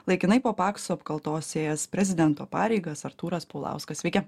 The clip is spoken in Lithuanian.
laikinai po pakso apkaltos ėjęs prezidento pareigas artūras paulauskas sveiki